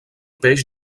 peix